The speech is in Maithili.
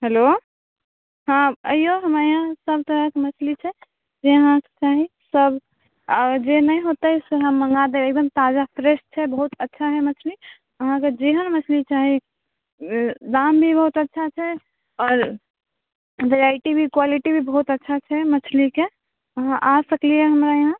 हेलो हँ अइऔ हमरा इहाँ सब तरहके मछली छै जे अहाँके चाही सब आओर जे नहि हेतै से हम मँगा देब एगदम ताजा फ्रेश छै बहुत अच्छा हइ मछली अहाँके जेहन मछली चाही दाम भी बहुत अच्छा छै आओर भेराइटी भी क्वालिटी भी बहुत अच्छा छै मछलीके अहाँ आ सकलिए हमरा इहाँ